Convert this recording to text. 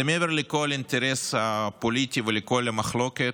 זה מעבר לכל אינטרס פוליטי ולכל מחלוקת.